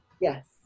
Yes